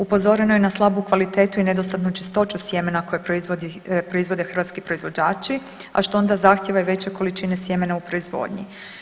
Upozoreno je na slabu kvalitetu i nedostatnu čistoću sjemena koje proizvode hrvatski proizvođači, a što onda zahtijeva i veće količine sjemena u proizvodnji.